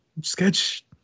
sketch